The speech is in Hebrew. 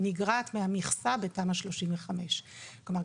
היא נגרעת מהמכסה בתמ"א 35. כלומר,